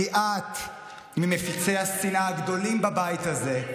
כי את ממפיצי השנאה הגדולים בבית הזה.